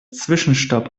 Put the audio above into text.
zwischenstopp